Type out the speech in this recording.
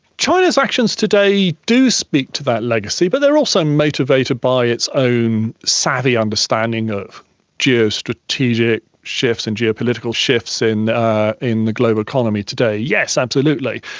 china's actions today do speak to that legacy, but they are also motivated by its own savvy understanding of geostrategic shifts and geopolitical shifts and in the global economy today, yes, absolutely.